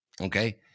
okay